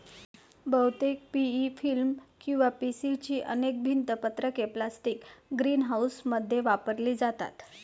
बहुतेक PE film किंवा PC ची अनेक भिंत पत्रके प्लास्टिक ग्रीनहाऊसमध्ये वापरली जातात